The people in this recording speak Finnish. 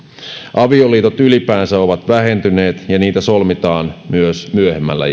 avioliitot ylipäänsä ovat vähentyneet ja niitä solmitaan myös myöhemmällä